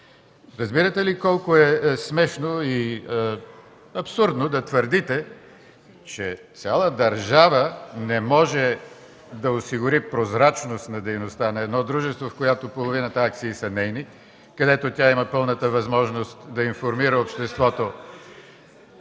Разбирате ли колко е смешно и абсурдно да твърдите, че цяла държава не може да осигури прозрачност на дейността на едно дружество, когато половината акции са нейни, където тя има пълната възможност да информира обществото...